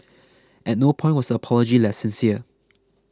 at no point was the apology less sincere